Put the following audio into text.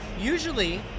Usually